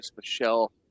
Michelle